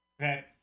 Okay